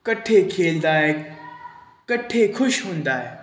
ਇਕੱਠੇ ਖੇਡਦਾ ਹੈ ਇਕੱਠੇ ਖੁਸ਼ ਹੁੰਦਾ ਹੈ